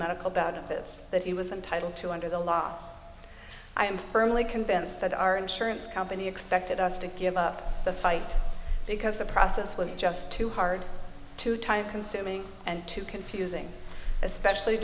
medical about this that he was entitled to under the law i am firmly convinced that our insurance company expected us to give up the fight because the process was just too hard too time consuming and too confusing especially